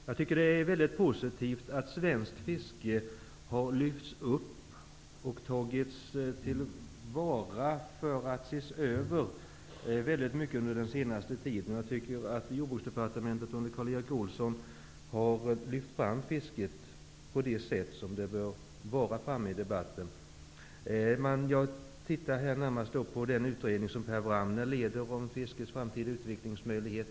Jag tycker att det är mycket positivt att svenskt fiske under den senaste tiden ganska mycket har lyfts upp och tagits till vara för att ses över. Jag tycker att jordbruksdepartementet under Karl Erik Olsson har lyft fram fisket på ett bra sätt i debatten. Jag tittar just på den utredning som Per Wramner leder om fiskets framtid och utvecklingsmöjligheter.